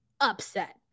upset